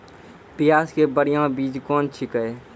प्याज के बढ़िया बीज कौन छिकै?